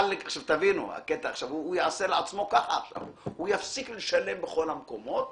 הוא יעשה לעצמו ככה, הוא יפסיק לשלם בכל המקומות